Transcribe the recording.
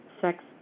sex